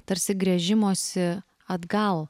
tarsi gręžimosi atgal